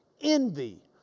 envy